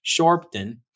Sharpton